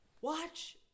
watch